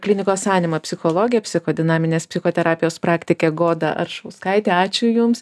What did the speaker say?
klinikos anima psichologė psichodinaminės psichoterapijos praktikė goda aršauskaitė ačiū jums